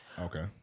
Okay